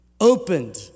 opened